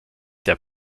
der